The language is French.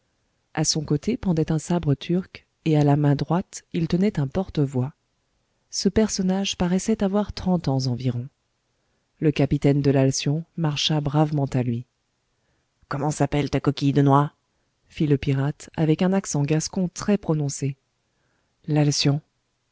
a son côté pendait un sabre turc et à la main droite il tenait un porte-voix ce personnage paraissait avoir trente ans environ le capitaine de l'alcyon marcha bravement à lui comment s'appelle ta coquille de noix fit le pirate avec un accent gascon